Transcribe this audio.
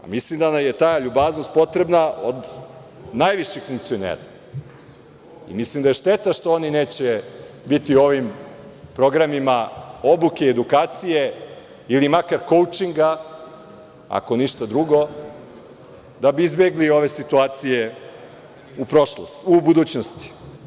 Mislim da nam je ta ljubaznost potrebna od najviših funkcionera i mislim da je šteta što oni neće biti u ovim programima obuke i edukacije, ili makar koučinga, ako ništa drugo, da bi izbegli ove situacije u budućnosti.